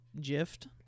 gift